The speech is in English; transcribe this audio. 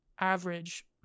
Average